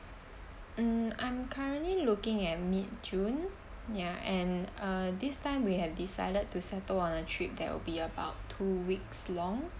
mm I'm currently looking at mid june ya and uh this time we have decided to settle on a trip that will be about two weeks long